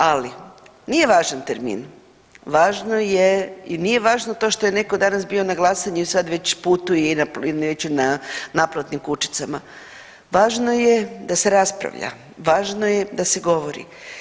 Ali nije važan termin, važno je i nije važno to što je netko danas bio na glasanju i sad već putuje i već na naplatnim kućicama, važno je da se raspravlja, važno je da se govori.